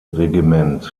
regiment